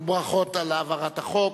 וברכות על הצעת החוק.